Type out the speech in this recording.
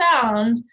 found